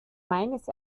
meines